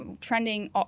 trending